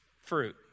fruit